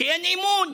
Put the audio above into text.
כי אין אמון,